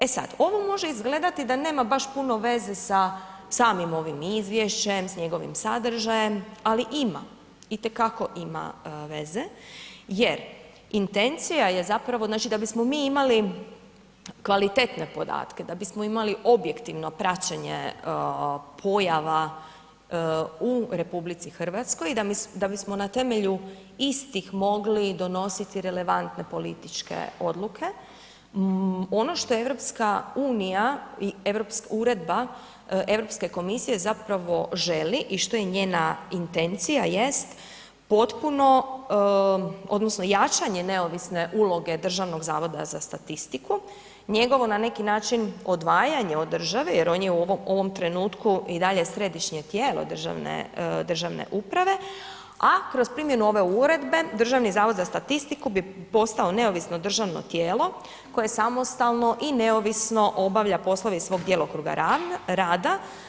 E sad, ovo može izgledati da nema baš puno veze sa samim ovim izvješćem, s njegovim sadržajem ali ima, itekako ima veze jer intencija je zapravo znači da bismo mi imali kvalitetne podatke, da bismo imali objektivno praćenje pojava u RH i da bismo na temelju istih mogli donositi relevantne političke odluke, ono što EU i Uredba Europske komisije zapravo želi i što je njena intencija jest potpuno, odnosno jačanje neovisne uloge Državnog zavoda za statistiku, njegovo na način odvajanje od države jer on je u ovom trenutku i dalje središnje tijelo državne uprave a kroz primjenu ove uredbe Državni zavod za statistiku bi postao neovisno državno tijelo koje samostalno i neovisno obavlja poslove iz svog djelokruga rada.